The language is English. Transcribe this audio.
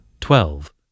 Twelve